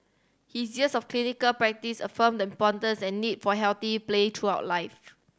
his years of clinical practice affirmed the importance and need for healthy play throughout life